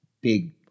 big